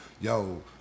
yo